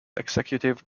executive